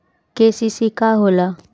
KCC का होला?